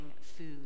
food